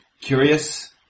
curious